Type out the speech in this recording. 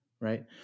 right